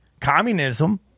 communism